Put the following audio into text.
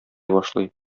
башлый